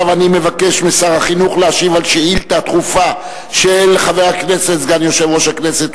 אני מבקש משר החינוך להשיב על שאילתא דחופה של סגן יושב-ראש הכנסת